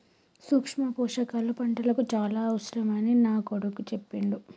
సూక్ష్మ పోషకాల పంటలకు చాల అవసరమని నా కొడుకు చెప్పిండు